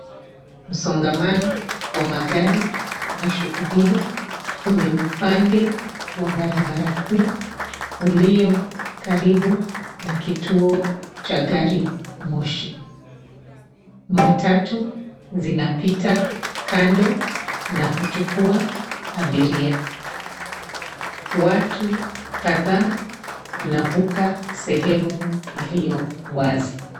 Msongamano wa magari unashuhudiwa kwenye upande wa barabara kuu ulio karibu na kituo cha gari moshi. Matatu zinapita kando na kuchukua abiria. Watu kadhaa wanavuka sehemu iliyo wazi.